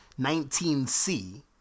19C